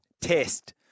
test